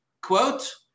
quote